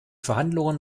verhandlungen